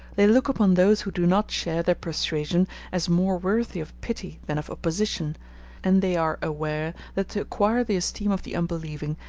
they look upon those who do not share their persuasion as more worthy of pity than of opposition and they are aware that to acquire the esteem of the unbelieving,